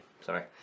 Sorry